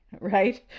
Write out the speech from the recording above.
right